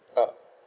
uh